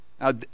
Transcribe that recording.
Now